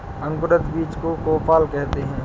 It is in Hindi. अंकुरित बीज को कोपल कहते हैं